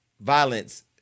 violence